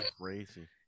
crazy